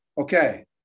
Okay